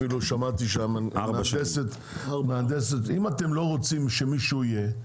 אפילו שמעתי שהמהנדסת- אם אתם לא רוצים שמישהו יהיה,